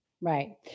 Right